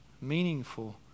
meaningful